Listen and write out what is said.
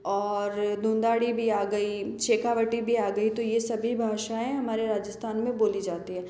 और ढूंढाड़ी भी आ गई शेखावटी भी आ गई तो ये सभी भाषाएं हमारे राजस्थान में बोली जाती हैं